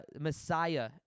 messiah